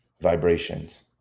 vibrations